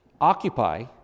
Occupy